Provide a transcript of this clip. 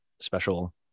special